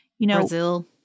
Brazil